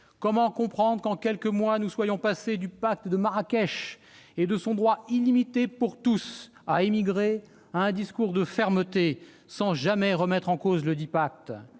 Comment comprendre que, en quelques mois, nous soyons passés du pacte de Marrakech et de son droit illimité pour tous à émigrer à un discours de fermeté, sans jamais remettre en cause ledit pacte ?